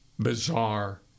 bizarre